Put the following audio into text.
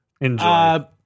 Enjoy